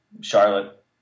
Charlotte